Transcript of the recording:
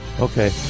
Okay